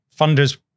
funders